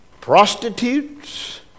prostitutes